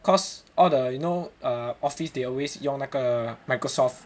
cause all the you know err office they always 用那个 Microsoft